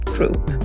Group